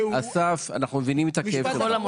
אסף, אנחנו מבינים את הכאב שלך.